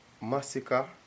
Massacre